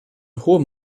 hohem